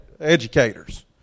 educators